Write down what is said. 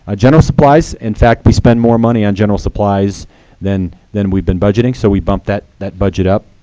ah general supplies, in fact, we spend more money on general supplies than than we've been budgeting, so we bumped that that budget up.